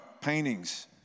paintings